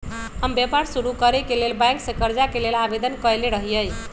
हम व्यापार शुरू करेके लेल बैंक से करजा के लेल आवेदन कयले रहिये